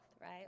right